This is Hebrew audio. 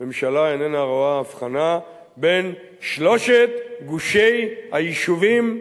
הממשלה איננה רואה הבחנה בין שלושת גושי היישובים: